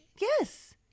Yes